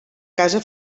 casa